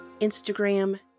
Instagram